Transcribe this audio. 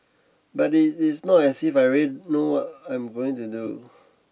but it it's not as if I really know what I'm going to do